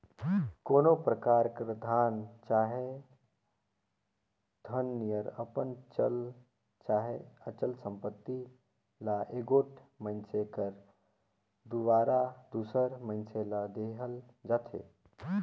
कोनो परकार कर धन चहे धन नियर अपन चल चहे अचल संपत्ति ल एगोट मइनसे कर दुवारा दूसर मइनसे ल देहल जाथे